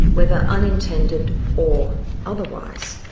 whether unintended or otherwise,